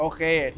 Okay